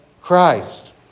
Christ